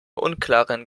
unklaren